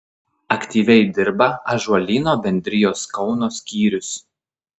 aktyviai dirba ąžuolyno bendrijos kauno skyrius